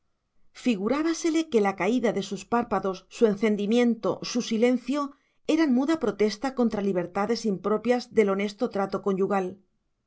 compostura figurábasele que la caída de sus párpados su encendimiento su silencio eran muda protesta contra libertades impropias del honesto trato conyugal